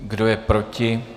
Kdo je proti?